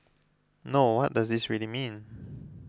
no what does this really mean